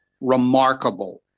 remarkable